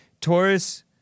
Taurus